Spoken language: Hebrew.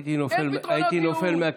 הייתי נופל, הייתי נופל מהכיסא.